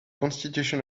constitution